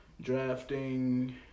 drafting